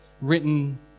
written